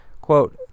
quote